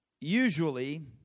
Usually